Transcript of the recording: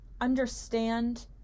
understand